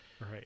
Right